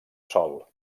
sol